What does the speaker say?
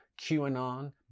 QAnon